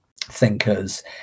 thinkers